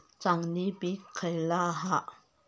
चांगली पीक खयला हा?